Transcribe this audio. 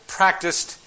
practiced